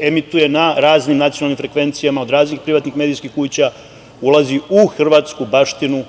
emituje na raznim nacionalnim frekvencijama, od raznih privatnih medijskih kuća, ulazi u hrvatsku baštinu